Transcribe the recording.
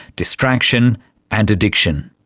distraction and addiction.